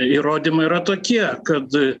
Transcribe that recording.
įrodymai yra tokie kad